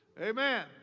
Amen